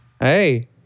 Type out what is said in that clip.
Hey